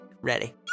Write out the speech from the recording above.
Ready